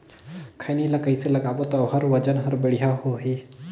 खैनी ला कइसे लगाबो ता ओहार वजन हर बेडिया होही?